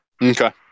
Okay